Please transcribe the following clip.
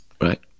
Right